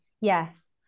Yes